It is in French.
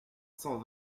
cent